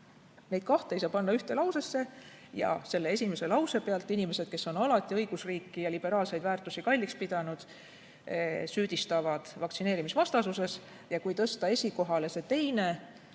Neid kahte ei saa panna ühte lausesse. Aga selle esimese lause pealt inimesed, kes on alati õigusriiki ja liberaalseid väärtusi kalliks pidanud, süüdistavad vaktsineerimisvastasuses. Ja kui tõsta esikohale see teine,